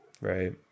right